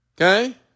Okay